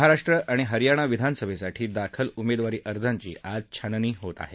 महाराष्ट्र आणि हरयाणा विधानसभेसाठी दाखल उमेदवारी अर्जाची आज छाननी होत आहे